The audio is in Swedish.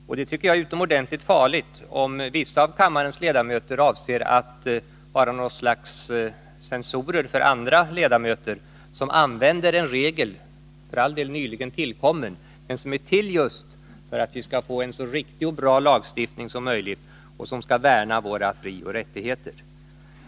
Jag tycker att det är utomordentligt farligt om vissa av kammarens ledamöter avser att vara något slags censorer för andra ledamöter, som använder en regel som för all del nyligen är tillkommen men som är till just för att vi skall få en så riktig och bra lagstiftning som möjligt och som skall värna våra frioch rättigheter.